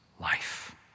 life